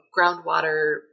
groundwater